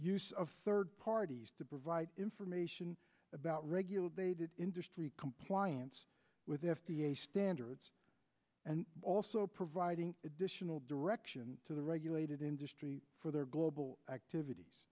use of third parties to provide information about regulated industry compliance with the f d a standards and also providing additional direction to the regulated industry for their global activities